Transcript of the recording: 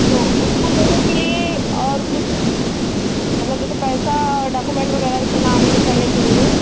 तो उस का मतलब कि और कुछ मतलब जैसे पैसा डोकुमेंट वग़ैरह जैसे नाम ही नहीं करने के लिए